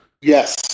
yes